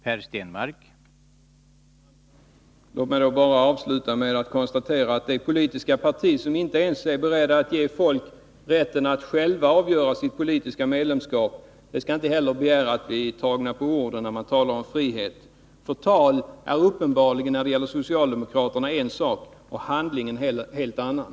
Herr talman! Låt mig bara avsluta med att konstatera att det politiska parti som inte ens är berett att ge folk rätten att själva avgöra sitt politiska medlemskap inte heller kan begära att bli taget på orden när man talar om frihet. att stärka den personliga integriteten vid användningen Tal är uppenbarligen, när det gäller socialdemokraterna, en sak och handling en helt annan.